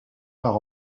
par